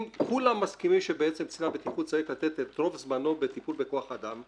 אם כולם מסכימים שקצין הבטיחות צריך לתת את רוב זמנו בטיפול בכוח אדם,